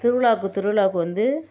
திருவிழாவுக்கு திருவிழாவுக்கு வந்து